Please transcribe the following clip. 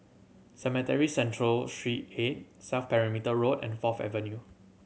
Cemetry Central Street Eight South Perimeter Road and Fourth Avenue